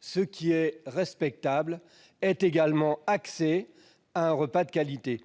ce qui est respectable, aient également accès à un repas de qualité.